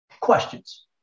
questions